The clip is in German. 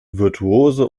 virtuose